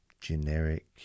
generic